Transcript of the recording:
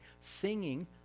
singing